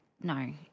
No